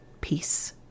peace